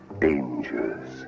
dangers